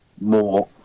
more